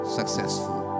successful